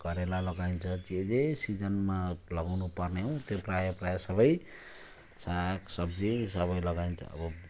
करेला लगाइन्छ जे जे सिजनमा लगाउनु पर्ने हो त्यो प्रायः प्रायः सबै साग सब्जी सबै लगाइन्छ अब